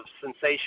sensation